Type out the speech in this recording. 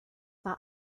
war